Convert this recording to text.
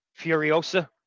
Furiosa